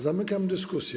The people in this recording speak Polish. Zamykam dyskusję.